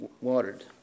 watered